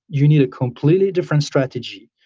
you need a completely different strategy.